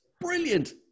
Brilliant